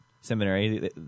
seminary